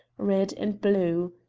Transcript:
red and blue.